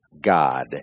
God